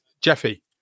Jeffy